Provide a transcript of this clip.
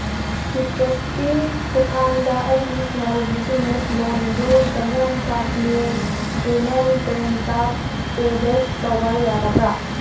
ꯁꯤꯇ꯭ꯔꯁꯀꯤ ꯈꯨꯠꯊꯥꯡꯗ ꯑꯩꯒꯤ small business ꯂꯣꯟꯗꯨ ꯖꯃꯨ ꯑꯦꯟ ꯀꯁꯃꯤꯔ ꯒ꯭ꯔꯤꯃꯦꯟ ꯕꯦꯡꯛꯇ ꯄꯦꯕꯦꯛ ꯇꯧꯕ ꯌꯥꯒꯗ꯭ꯔꯥ